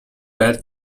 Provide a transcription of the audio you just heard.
bed